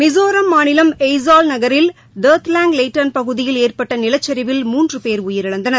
மிசோராம் மாநிலம் அய்சால் நகரில் தர்த்லேங் லேண்டான் பகுதியில் ஏற்பட்ட நிலச்சரிவில் மூன்று பேர் உயிரிழந்தனர்